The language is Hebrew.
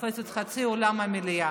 שתופסת חצי אולם מליאה.